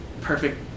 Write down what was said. perfect